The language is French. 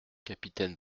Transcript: capitaine